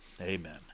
Amen